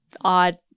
odd